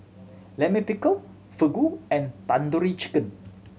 Lime Pickle Fugu and Tandoori Chicken